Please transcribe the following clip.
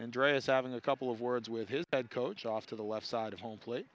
and dry as having a couple of words with his head coach off to the left side of home plate